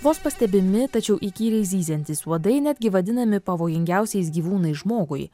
vos pastebimi tačiau įkyriai zyziantys uodai netgi vadinami pavojingiausiais gyvūnais žmogui